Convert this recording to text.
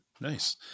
nice